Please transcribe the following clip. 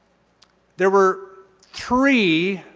there were three,